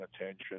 attention